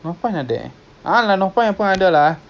ya depan belakang kan